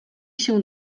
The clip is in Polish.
się